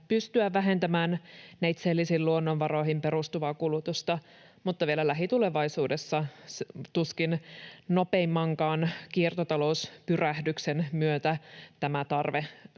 pystyä vähentämään neitseellisiin luonnonvaroihin perustuvaa kulutusta, mutta vielä lähitulevaisuudessa tuskin nopeimmankaan kiertotalouspyrähdyksen myötä tämä tarve